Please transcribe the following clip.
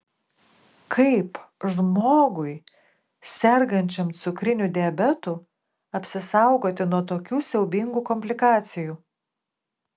kaip žmogui sergančiam cukriniu diabetu apsisaugoti nuo tokių siaubingų komplikacijų